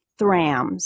Thrams